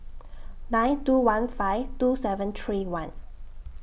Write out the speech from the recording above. nine two one five two seven three one